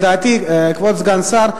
כבוד סגן השר,